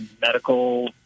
medical